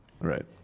right